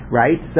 right